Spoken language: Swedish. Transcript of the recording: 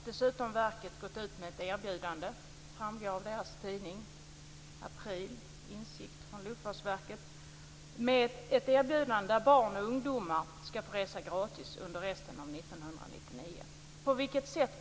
Dessutom vill jag se ett komplement till Arlanda, gärna Skavsta.